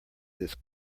this